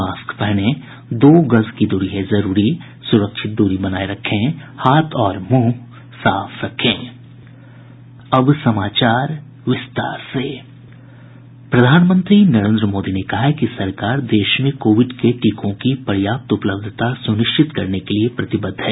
mask पहनें दो गज दूरी है जरूरी सुरक्षित दूरी बनाये रखें हाथ और मुंह साफ रखें प्रधानमंत्री नरेन्द्र मोदी ने कहा है कि सरकार देश में कोविड के टीकों की पर्याप्त उपलब्धता सुनिश्चित करने के लिए प्रतिबद्ध है